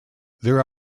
there